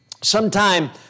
sometime